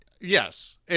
yes